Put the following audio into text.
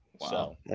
Wow